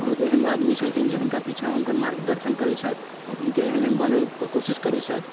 बहुत एहन आदमी छलखिन जे हुनका पिछाँ हुनकर मार्गदर्शन करैत छथि आओर हुनके एहन एहन बनैके कोशिश करै छथि